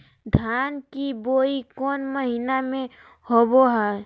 धान की बोई कौन महीना में होबो हाय?